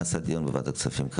נעשה דיון בוועדת הכספים,